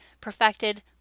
perfected